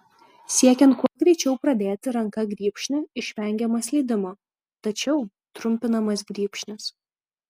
siekiant kuo greičiau pradėti ranka grybšnį išvengiama slydimo tačiau trumpinamas grybšnis